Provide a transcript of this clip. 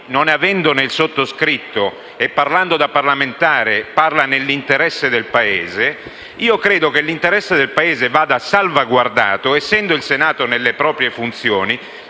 non avendone il sottoscritto e parlando, da parlamentare, nell'interesse del Paese, credo che l'interesse del Paese vada salvaguardato ed essendo il Senato nelle proprie funzioni,